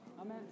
Amen